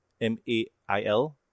M-A-I-L